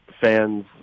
fans